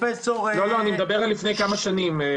אני מדבר על לפני כמה שנים.